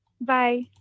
bye